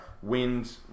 wind